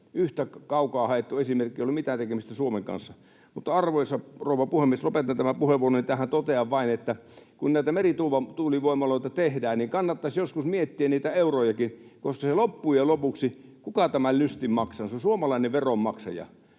Yhtä kaukaa haettu esimerkki, jolla ei ole mitään tekemistä Suomen kanssa. Arvoisa rouva puhemies! Lopetan tämän puheenvuoroni tähän. Totean vain, että kun näitä merituulivoimaloita tehdään, niin kannattaisi joskus miettiä niitä eurojakin, koska loppujen lopuksi se, kuka tämän lystin maksaa, on suomalainen veronmaksaja,